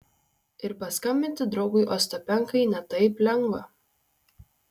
ir paskambinti draugui ostapenkai ne taip lengva